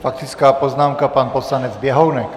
Faktická poznámka pan poslanec Běhounek.